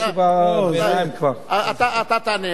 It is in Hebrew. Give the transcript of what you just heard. מובן שהמסקנה,